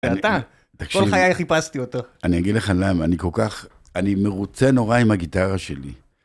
אתה, כל חיי חיפשתי אותו. אני אגיד לכם למה אני כל כך, אני מרוצה נורא עם הגיטרה שלי.